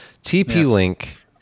TP-Link